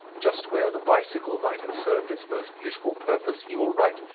just where the bicycle might have served its most useful purpose, he will write,